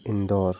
Indore